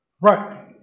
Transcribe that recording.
Right